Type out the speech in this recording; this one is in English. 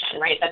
right